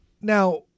Now